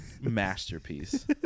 masterpiece